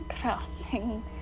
crossing